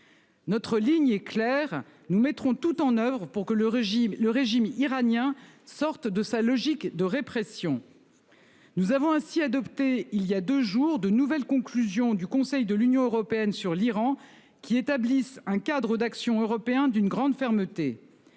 Notre ligne est claire, nous mettrons tout en oeuvre pour que le régime, le régime iranien, sorte de sa logique de répression. Nous avons ainsi adopté il y a 2 jours de nouvelles conclusions du Conseil de l'Union européenne sur l'Iran qui établissent un cadre d'action européen d'une grande fermeté.